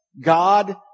God